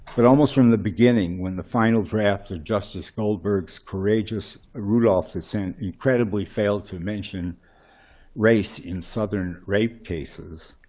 but almost from the beginning, when the final draft of justice goldberg's courageous rudolph dissent incredibly failed to mention race in southern southern rape cases,